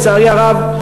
לצערי הרב,